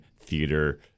theater